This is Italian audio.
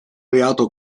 reato